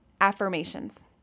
affirmations